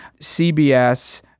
CBS